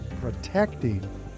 Protecting